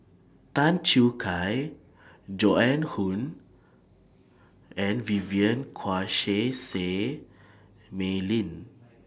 Tan Choo Kai Joan Hon and Vivien Quahe Seah Say Mei Lin